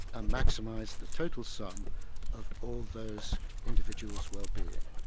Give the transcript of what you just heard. ah maximise the total sum of all those individuals' wellbeing.